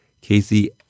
Casey